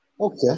Okay